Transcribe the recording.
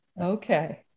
okay